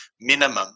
minimum